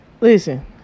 Listen